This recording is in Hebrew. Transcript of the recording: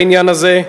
בעניין הזה.